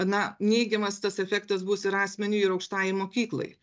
na neigiamas tas efektas bus ir asmeniui ir aukštajai mokyklai